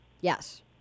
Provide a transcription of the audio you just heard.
Yes